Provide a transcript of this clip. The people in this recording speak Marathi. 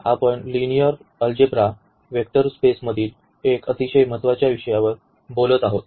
आम्ही लिनियर अल्जेब्रा वेक्टर स्पेसेसमधील एक अतिशय महत्त्वाच्या विषयावर बोलत आहोत